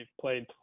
played